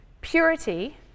Purity